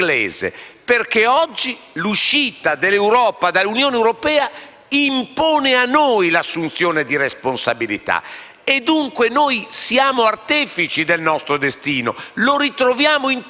impone un'assunzione di responsabilità e dunque noi siamo artefici del nostro destino, lo ritroviamo interamente nelle nostre mani. Va anche considerato